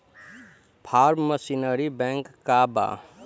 Form machinery bank का बा?